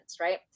right